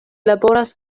laboras